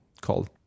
called